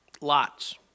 Lots